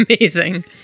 Amazing